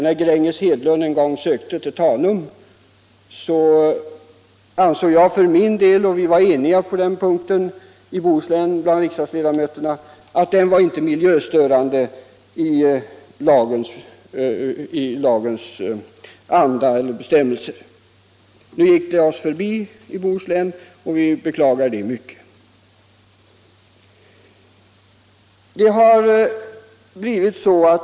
När Gränges Hedlund en gång sökte till Tanum ansåg jag för min del — och riksdagsledamöterna från Bohuslän var eniga på den punkten — att den industrin inte var miljöstörande i lagens anda. Nu gick emellertid den industrin oss förbi, och vi beklagar det mycket.